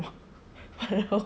the whole drama